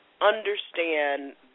understand